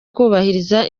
kubahiriza